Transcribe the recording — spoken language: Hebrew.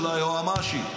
של היועמ"שית,